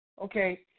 Okay